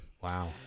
Wow